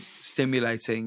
stimulating